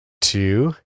two